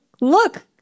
look